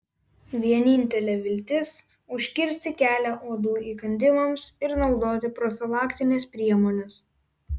vienintelė viltis užkirsti kelią uodų įkandimams ir naudoti profilaktines priemones